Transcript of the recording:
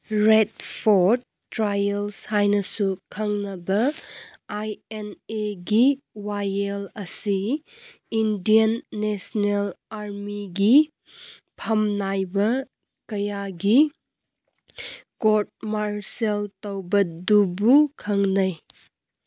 rate Fort trial ꯍꯥꯏꯅꯁꯨ ꯈꯪꯅꯕ I N ꯑꯦꯒꯤ ꯋꯥꯌꯦꯜ ꯑꯁꯤ ꯏꯟꯗꯤꯌꯥꯟ ꯅꯦꯁꯅꯦꯜ ꯑꯥꯔꯃꯤꯒꯤ ꯐꯝꯅꯥꯏꯕ ꯀꯌꯥꯒꯤ ꯀꯣꯔꯠ ꯃꯥꯔꯁꯦꯜ ꯇꯧꯕꯗꯨꯕꯨ ꯈꯪꯅꯩ